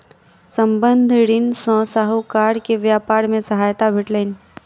संबंद्ध ऋण सॅ साहूकार के व्यापार मे सहायता भेटलैन